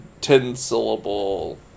ten-syllable